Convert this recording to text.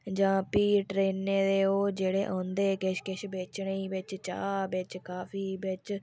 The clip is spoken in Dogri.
जां भी ट्रेनें ई ओह् औंदे किश किश बेचने ई बिच चाह् बिच कॉफी बिच